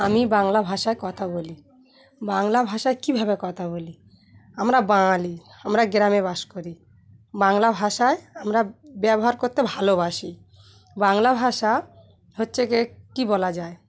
আমি বাংলা ভাষায় কথা বলি বাংলা ভাষায় কীভাবে কথা বলি আমরা বাঙালি আমরা গ্রামে বাস করি বাংলা ভাষায় আমরা ব্যবহার করতে ভালোবাসি বাংলা ভাষা হচ্ছে গিয়ে কী বলা যায়